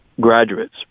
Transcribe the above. graduates